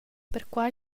perquai